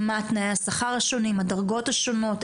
מה תנאי השכר השונים, הדרגות השונות?